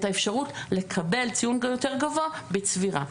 האפשרות לקבל ציון קצת יותר גבוה בצבירה.